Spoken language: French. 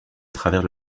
travers